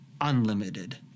unlimited